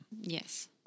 Yes